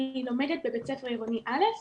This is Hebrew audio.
אני לומדת בבית ספר עירוני א'